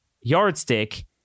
yardstick